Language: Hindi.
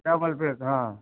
डबल बेड हाँ